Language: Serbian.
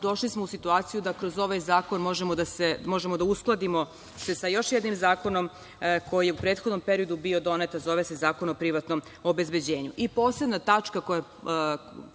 došli smo u situaciju da kroz ovaj zakon možemo da se uskladimo sa još jednim zakonom koji je u prethodnom periodu bio donet, a zove se Zakon o privatnom obezbeđenju. Posebna